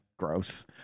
gross